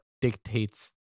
dictates